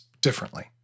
differently